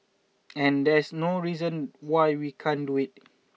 and there's no reason why we can't do it